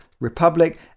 republic